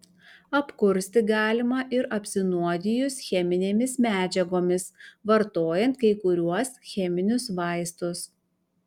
apkursti galima ir apsinuodijus cheminėmis medžiagomis vartojant kai kuriuos cheminius vaistus